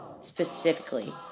specifically